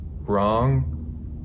wrong